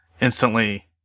instantly